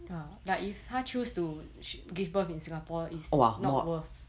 ah but if 她 choose to give birth in singapore is not worth more expensive lah right ya more expensive